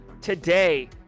today